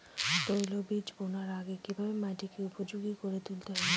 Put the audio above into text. তৈলবীজ বোনার আগে কিভাবে মাটিকে উপযোগী করে তুলতে হবে?